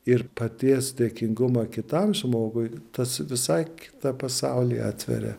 ir paties dėkingumą kitam žmogui tas visai kitą pasaulį atveria